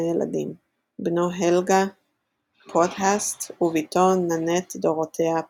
ילדים בנו הלגה פוטהסט ובתו נאנט דורותיאה פוטהסט.